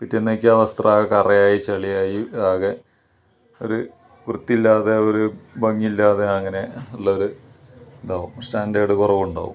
പിറ്റേന്നേക്ക് ആ വസ്ത്രമൊക്കെ കറയായി ചെളിയായി ആകെ ഒരു വൃത്തിയില്ലാതെ ഒരു ഭംഗിയില്ലാതെ അങ്ങനെ ഉള്ളൊരു ഇതാവും സ്റ്റാൻ്റേർഡ് കുറവുണ്ടാവും